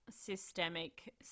systemic